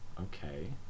Okay